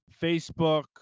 Facebook